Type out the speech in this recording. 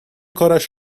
کارش